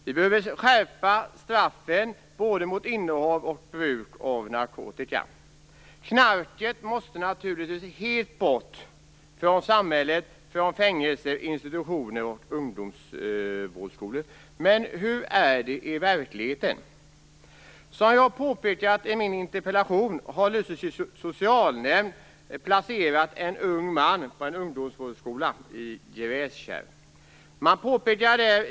Det är nödvändigt att skärpa straffen för både innehav och bruk av narkotika. Knarket måste naturligtvis helt bort från samhället - från fängelser, institutioner och ungdomsvårdsskolor. Men hur är det i verkligheten? Som jag påpekar i min interpellation har Lysekils socialnämnd placerat en ung man på en ungdomsvårdsskola i Gräskärr.